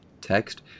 text